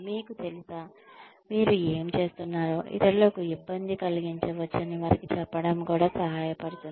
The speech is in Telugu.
మీకు తెలుసా మీరు ఏమి చేస్తున్నారో ఇతరులకు ఇబ్బంది కలిగించవచ్చని వారికి చెప్పడం కూడా సహాయపడుతుంది